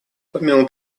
помимо